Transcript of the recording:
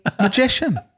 magician